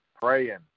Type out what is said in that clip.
praying